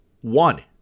one